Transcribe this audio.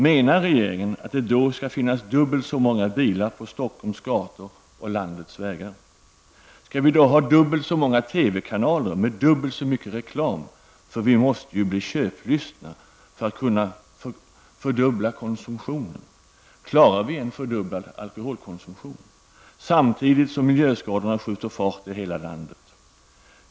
Menar regeringen att det då skall finnas dubbelt så många bilar på Stockholms gator och på landets vägar? Skall vi då ha dubbelt så många TV-kanaler med dubbelt så mycket reklam -- för vi måste ju bli köplystna för att kunna fördubbla konsumtionen? Klarar vi en fördubblad alkoholkonsumtion -- samtidigt som miljöskadorna skjuter fart i hela landet?